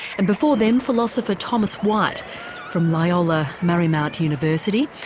and before them philosopher thomas white from loyola marymount university.